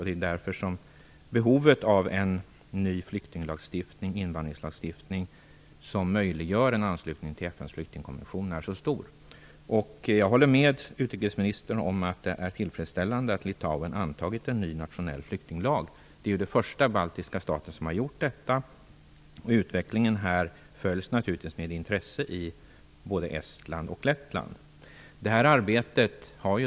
Det är därför som behovet av en ny flyktinglagstiftning och invandringslagstiftning som möjliggör en anslutning till FN:s flyktingkommission är så stort. Jag håller med utrikesministern om att det är tillfredsställande att Litauen har antagit en ny nationell flyktinglag. Det är ju den första baltiska staten som har gjort detta. Utvecklingen där följs naturligtvis med intresse i både Estland och Lettland.